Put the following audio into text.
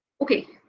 Okay